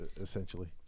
Essentially